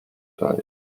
tight